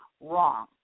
wrong